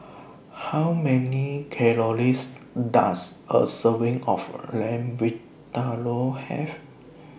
How Many Calories Does A Serving of Lamb Vindaloo Have